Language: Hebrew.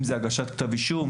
אם זה הגשת כתב אישום,